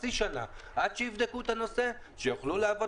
חצי שנה עד שיבדקו את הנושא שיוכלו לעבוד